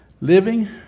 living